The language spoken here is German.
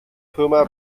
firma